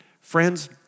Friends